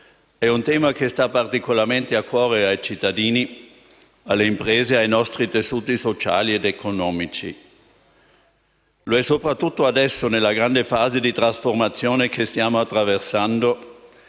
è un tema che sta particolarmente a cuore ai cittadini, alle imprese ed ai nostri tessuti sociali ed economici. Lo è soprattutto adesso, nella grande fase di trasformazione che stiamo attraversando,